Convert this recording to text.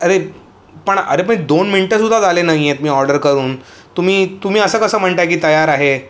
अरे पण अरे पण दोन मिनटंसुद्धा झाले नाही आहेत मी ऑर्डर करून तुम्ही तुम्ही असं कसं म्हणत आहे की तयार आहे